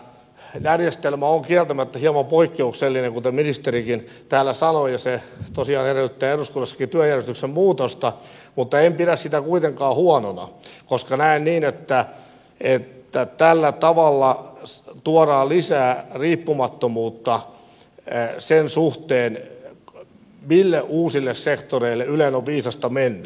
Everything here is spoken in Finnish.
järjestelmä on kieltämättä hieman poikkeuksellinen kuten ministerikin täällä sanoi ja se tosiaan edellyttää eduskunnassakin työjärjestyksen muutosta mutta en pidä sitä kuitenkaan huonona koska näen niin että tällä tavalla tuodaan lisää riippumattomuutta sen suhteen mille uusille sektoreille ylen on viisasta mennä